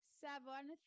seven